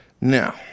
Now